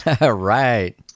Right